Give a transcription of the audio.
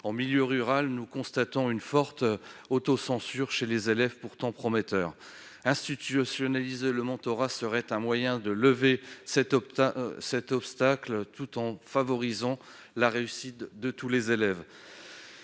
En milieu rural, nous constatons une forte autocensure chez des élèves pourtant prometteurs. Institutionnaliser le mentorat serait un moyen de lever cet obstacle, tout en favorisant la réussite de tous les élèves.